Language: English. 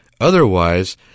Otherwise